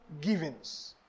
givings